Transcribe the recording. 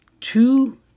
two